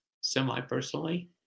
semi-personally